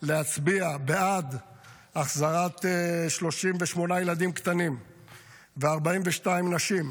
להצביע בעד החזרת 38 ילדים קטנים ו-42 נשים,